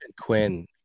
Quinn